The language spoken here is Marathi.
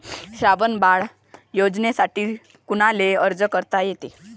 श्रावण बाळ योजनेसाठी कुनाले अर्ज करता येते?